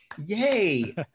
Yay